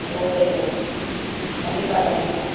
ஆ சரிங்க கண்டிப்பாக கண்டிப்பாக